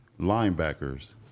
linebackers